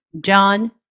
John